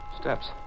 Steps